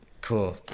Cool